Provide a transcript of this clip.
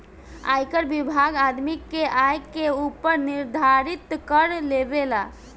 आयकर विभाग आदमी के आय के ऊपर निर्धारित कर लेबेला